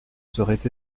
serait